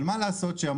אבל מה לעשות שיש